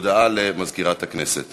הודעה למזכירת הכנסת.